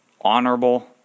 honorable